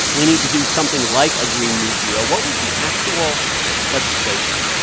we need to do something like a green new deal. what was the actual legislation?